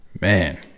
man